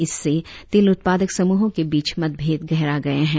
इससे तेल उत्पाकद समूहों के बीच मतभेद गहरा गए है